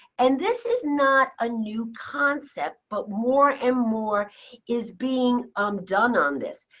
and this is not a new concept, but more and more is being um done on this.